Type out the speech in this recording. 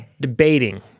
debating